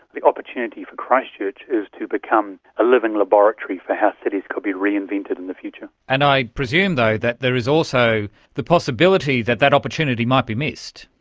the opportunity for christchurch is to become a living laboratory for how cities could be reinvented in the future. and i presume though that there is also the possibility that that opportunity might be missed.